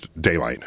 daylight